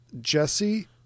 Jesse